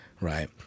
Right